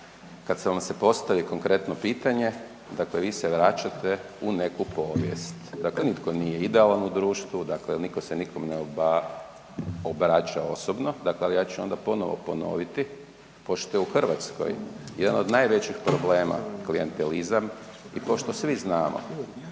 Kada vam se postavi konkretno pitanje vi se vraćate u neku povijest, dakle nitko nije idealan u društvu, niko se nikome ne obraća osobno, ali ja ću onda ponovno ponoviti. Pošto je u Hrvatskoj jedan od najvećih problema klijentelizam i pošto svi znamo